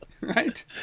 Right